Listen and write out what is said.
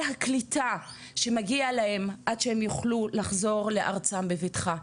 הקליטה שמגיע להם עד שהם יוכלו לחזור לארצם בבטחה.